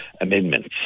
amendments